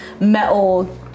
metal